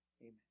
Amen